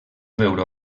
veure